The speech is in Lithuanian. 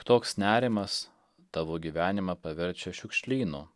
toks nerimas tavo gyvenimą paverčia šiukšlynu